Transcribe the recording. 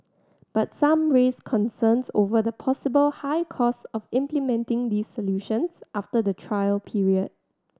but some raised concerns over the possible high costs of implementing these solutions after the trial period